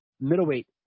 Middleweight